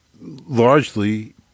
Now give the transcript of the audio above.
largely